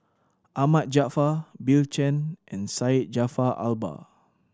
Ahmad Jaafar Bill Chen and Syed Jaafar Albar